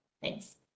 Thanks